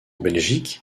belgique